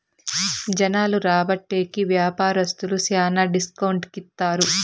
జనాలు రాబట్టే కి వ్యాపారస్తులు శ్యానా డిస్కౌంట్ కి ఇత్తారు